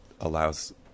allows